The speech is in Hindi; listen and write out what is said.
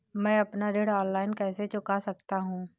मैं अपना ऋण ऑनलाइन कैसे चुका सकता हूँ?